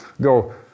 go